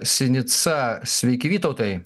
sinica sveiki vytautai